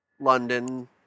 London